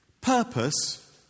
purpose